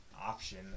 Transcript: option